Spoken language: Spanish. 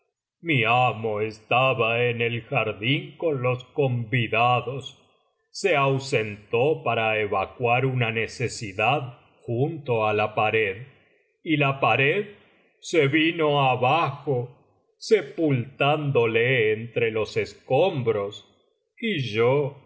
mi amo estaba en el jardín con los convidados se ausentó para evacuar una necesidad junto á la pared y la pared se vino abajo sepultándole entre los escombros y yo he